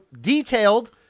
detailed